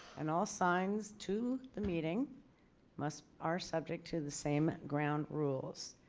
and all signs to the meeting must are subject to the same ground rules